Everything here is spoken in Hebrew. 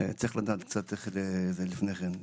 צריך לחשוב לפני כן.